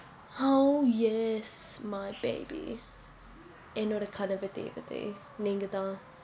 oh yes my baby என்னோட கனவு தேவதை நீங்க தான்:ennoda kanavu thevathai ninga thaan